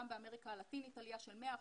גם באמריקה לטינית, עלייה של 100 אחוזים,